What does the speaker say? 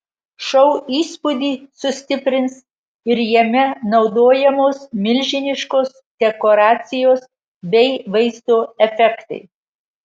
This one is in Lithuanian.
šou įspūdį sustiprins ir jame naudojamos milžiniškos dekoracijos bei vaizdo efektai